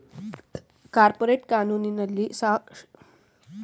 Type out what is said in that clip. corporate ಕಾನೂನಿನಲ್ಲಿ stock ಪ್ರಮಾಣಪತ್ರ ಅಥವಾ ಶೇರು ಪ್ರಮಾಣಪತ್ರ ಎಂದು ಕರೆಯುತ್ತಾರೆ